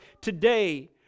today